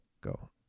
go